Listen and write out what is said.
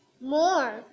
more